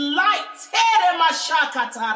light